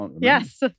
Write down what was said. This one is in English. Yes